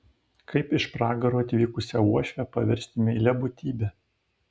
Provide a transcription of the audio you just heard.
kaip iš pragaro atvykusią uošvę paversti meilia būtybe